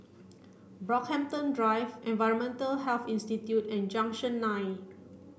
Brockhampton Drive Environmental Health Institute and Junction nine